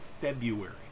February